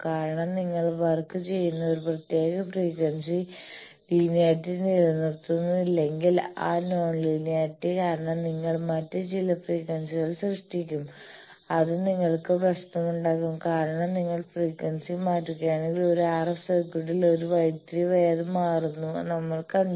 കാരണം നിങ്ങൾ വർക്ക് ചെയ്യുന്ന ഒരു പ്രത്യേക ഫ്രീക്വൻസി ലീനിയറിറ്റി നിലനിർത്തുന്നില്ലെങ്കിൽ ആ നോൺ ലീനിയറിറ്റി കാരണം നിങ്ങൾ മറ്റ് ചില ഫ്രീക്വൻസികൾ സൃഷ്ടിക്കും അത് നിങ്ങൾക്ക് പ്രശ്നമുണ്ടാക്കും കാരണം നിങ്ങൾ ഫ്രീക്വൻസി മാറ്റുകയാണെങ്കിൽ ഒരു RF സർക്യൂട്ടിൽ ഒരു വഴിതിരിവായി അത് മാറുന്നത് നമ്മൾ കണ്ടു